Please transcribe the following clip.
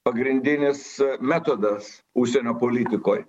pagrindinis metodas užsienio politikoj